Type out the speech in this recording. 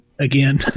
again